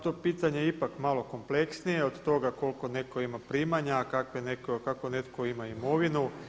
To pitanje je ipak malo kompleksnije od toga koliko neko ima primanja, kako netko ima imovinu.